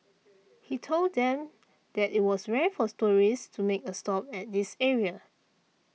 he told them that it was rare for tourists to make a stop at this area